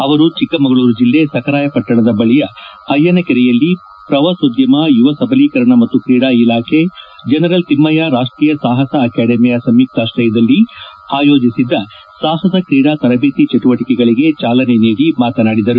ಅವರು ಚಿಕ್ಕ ಮಗಳೂರು ಜಿಲ್ಲೆ ಸಖರಾಯಪಟ್ಟಣದ ಬಳಿಯ ಅಯ್ಯನ ಕೆರೆಯಲ್ಲಿ ಪ್ರವಾಸೋದ್ಯಮ ಯುವ ಸಬಲೀಕರಣ ಮತ್ತು ಕ್ರೀಡಾ ಇಲಾಖೆ ಜನರಲ್ ತಿಮ್ಮಯ್ಯ ರಾಷ್ಟೀಯ ಸಾಹಸ ಅಕಾಡೆಮಿಯ ಸಂಯುಕ್ತಾಶ್ರಯದಲ್ಲಿ ಆಯೋಜಿಸಿದ್ದ ಸಾಹಸ ಕ್ರೀಡಾ ತರಬೇತಿ ಚಟುವಟಿಕೆಗಳಿಗೆ ಚಾಲನೆ ನೀಡಿ ಮಾತನಾಡಿದರು